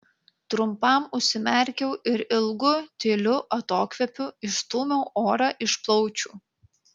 trumpam užsimerkiau ir ilgu tyliu atokvėpiu išstūmiau orą iš plaučių